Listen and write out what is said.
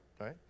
right